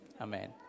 Amen